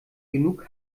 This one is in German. genug